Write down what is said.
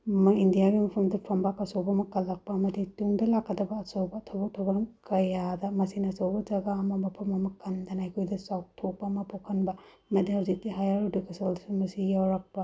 ꯏꯟꯗꯤꯌꯥꯒꯤ ꯃꯐꯝꯗ ꯐꯝꯕꯥꯛ ꯑꯆꯧꯕ ꯑꯃ ꯀꯜꯂꯛꯄ ꯑꯃꯗꯤ ꯇꯨꯡꯗ ꯂꯥꯛꯀꯗꯕ ꯑꯆꯧꯕ ꯊꯕꯛ ꯊꯧꯔꯝ ꯀꯌꯥꯗ ꯃꯁꯤꯅ ꯑꯆꯧꯕ ꯖꯒꯥ ꯑꯃ ꯃꯐꯝ ꯑꯃ ꯀꯟꯗꯅ ꯑꯩꯈꯣꯏꯗ ꯆꯥꯎꯊꯣꯛꯄ ꯑꯃ ꯄꯣꯛꯍꯟꯕ ꯑꯃꯗꯤ ꯍꯧꯖꯤꯛꯇꯤ ꯍꯥꯏꯌꯥꯔ ꯏꯗꯨꯀꯦꯁꯟꯗ ꯃꯁꯤ ꯌꯥꯎꯔꯛꯄ